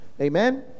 Amen